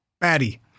Batty